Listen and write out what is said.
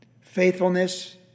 faithfulness